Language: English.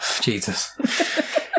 Jesus